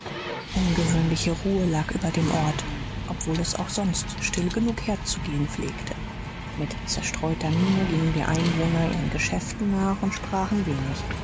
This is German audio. ungewöhnliche ruhe lag über dem ort obwohl es auch sonst still genug herzugehen pflegte mit zerstreuter miene gingen die einwohner ihren geschäften nach und sprachen wenig